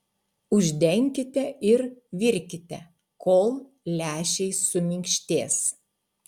uždenkite ir virkite kol lęšiai suminkštės